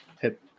hit